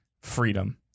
freedom